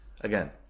again